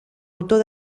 autor